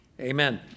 amen